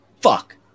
fuck